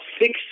six